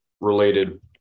related